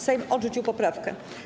Sejm odrzucił poprawkę.